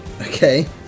Okay